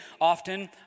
often